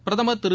பிரதமர் திரு